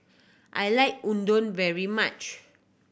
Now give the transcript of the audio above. I like Udon very much